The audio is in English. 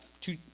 two